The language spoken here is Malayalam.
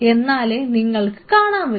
എന്നാലേ നിങ്ങൾക്ക് കാണാൻ പറ്റു